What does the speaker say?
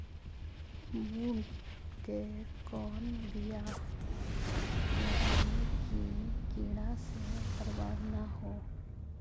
बुंट के कौन बियाह लगइयै कि कीड़ा से बरबाद न हो?